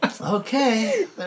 Okay